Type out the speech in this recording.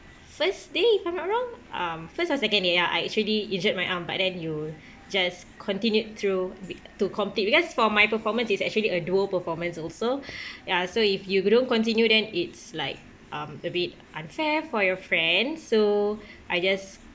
first day if I'm not wrong um first or second day ya I injured my arm but then you just continued through to complete because for my performance is actually a duo performance also ya so if you couldn't continue then it's like um a bit unfair for your friend so I just